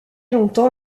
longtemps